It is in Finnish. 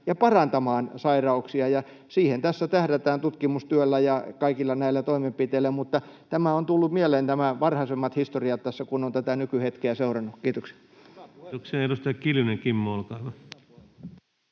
ja parantamaan sairauksia, ja siihen tässä tähdätään tutkimustyöllä ja kaikilla näillä toimenpiteillä. Mutta tämä varhaisempi historia on tullut mieleen tässä, kun on tätä nykyhetkeä seurannut. — Kiitoksia.